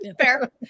fair